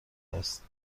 است